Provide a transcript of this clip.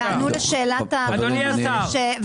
אדוני השר.